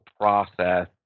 process